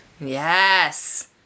Yes